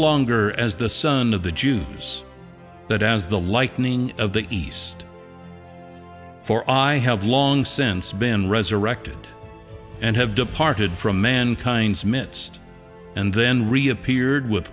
longer as the son of the jews that as the lightning of the east for i have long since been resurrected and have departed from mankind's midst and then reappeared with